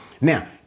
Now